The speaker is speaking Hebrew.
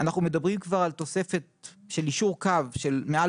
אנחנו מדברים כבר על תוספת של יישור קו של מעל